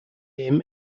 him